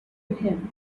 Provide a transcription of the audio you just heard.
him